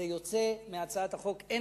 זה יוצא מהצעת החוק.